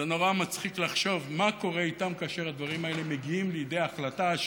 זה נורא מצחיק לחשוב מה קורה אתם כאשר הדברים האלה מגיעים לידי החלטה,